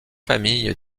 famille